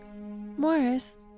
Morris